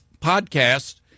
podcast